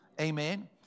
Amen